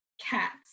cats